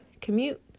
commute